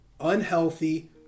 unhealthy